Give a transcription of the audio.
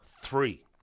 Three